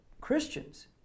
Christians